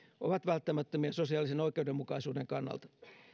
ovat välttämättömiä sosiaalisen oikeudenmukaisuuden kannalta